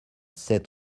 sept